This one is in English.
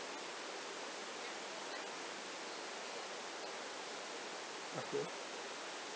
okay